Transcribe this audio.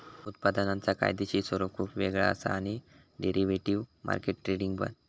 उत्पादनांचा कायदेशीर स्वरूप खुप वेगळा असा आणि डेरिव्हेटिव्ह मार्केट ट्रेडिंग पण